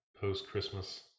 post-Christmas